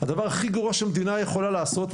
הדבר הכי גרוע שהמדינה יכולה לעשות,